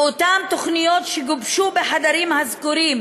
ואותן תוכניות שגובשו בחדרים הסגורים